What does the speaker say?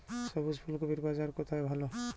সবুজ ফুলকপির বাজার কোথায় ভালো?